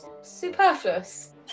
superfluous